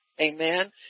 Amen